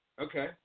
Okay